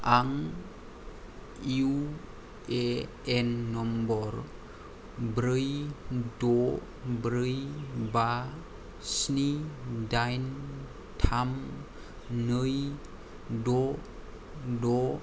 आं U A N number ब्रै द' ब्रै बा स्नि दाइन थाम नै द' द'